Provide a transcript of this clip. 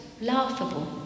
laughable